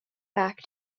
back